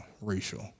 racial